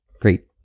great